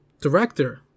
director